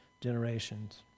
generations